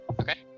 Okay